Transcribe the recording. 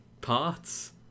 parts